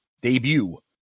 Debut